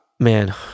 Man